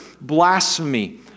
blasphemy